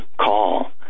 call